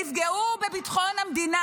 ותפגעו בביטחון המדינה.